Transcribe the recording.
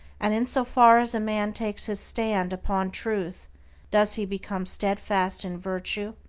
and in so far as a man takes his stand upon truth does he become steadfast in virtue,